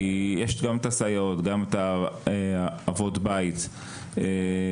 יש את הסייעות, גם אבות בית במוסדות,